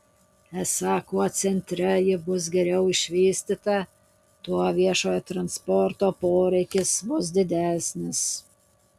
esą kuo centre ji bus geriau išvystyta tuo viešojo transporto poreikis bus didesnis